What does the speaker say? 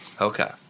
Okay